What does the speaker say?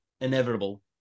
inevitable